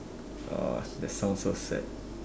oh that sounds so sad